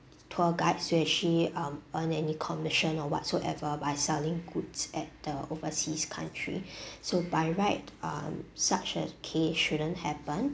tour guide shouldn't actually um earn any commission or whatsoever by selling goods at the overseas country so by right um such a case shouldn't happen